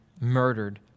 murdered